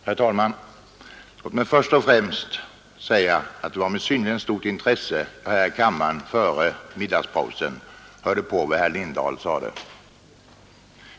Herr talman! Låt mig först och främst säga att det var med synnerligen stort intresse jag här i kammaren före middagspausen hörde på vad herr Lindahl sade.